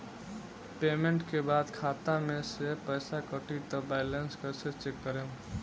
Payment के बाद खाता मे से पैसा कटी त बैलेंस कैसे चेक करेम?